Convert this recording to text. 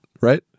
right